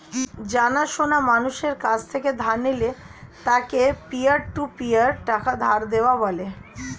জানা সোনা মানুষের কাছ থেকে ধার নিলে তাকে পিয়ার টু পিয়ার টাকা ধার দেওয়া বলে